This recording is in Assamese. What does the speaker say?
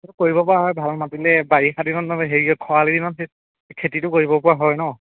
কৰিবপৰা হয় ভাল মাতিলে বাৰিষা দিনত মানে হেৰি খৰালি দিনত সেই খেতিটো কৰিবপৰা হয় ন